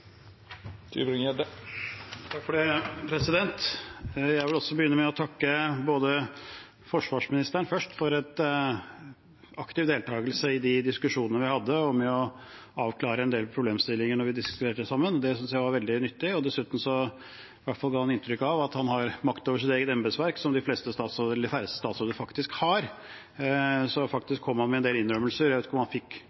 Jeg vil også begynne med å takke –forsvarsministeren først, for en aktiv deltakelse i de diskusjoner vi hadde når det gjaldt å avklare en del problemstillinger da vi diskuterte det sammen. Det synes jeg var veldig nyttig. Dessuten ga han i hvert fall inntrykk av at han har makt over sitt eget embetsverk, noe som de færreste statsråder har. Han kom faktisk